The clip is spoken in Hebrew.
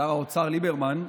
שר האוצר ליברמן.